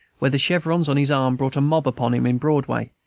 where the chevrons on his arm brought a mob upon him in broadway,